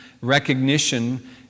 recognition